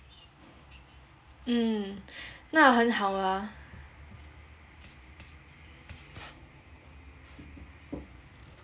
mm 那很好 ah